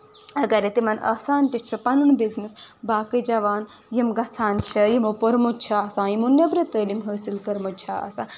اَگرے تِمن آسان تہِ چھُ پَنُن بَزنِس باقی جوان یِم گژھان چھِ یِمو پورمُت چھُ آسان یِمو نیٚبرٕ تعلیٖم حٲصِل کٔرمٕژ چھےٚ آسان